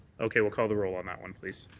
okay. we'll call the role on that one, please.